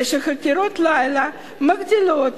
ושחקירות לילה מגדילות